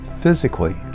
physically